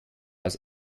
aus